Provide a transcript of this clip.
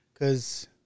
cause